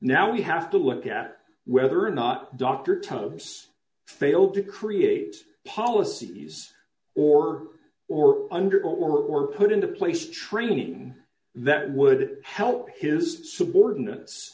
now we have to look at whether or not dr tubb has failed to create policies or or under or put into place training that would help his subordinates